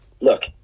look